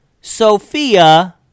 Sophia